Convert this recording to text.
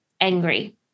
angry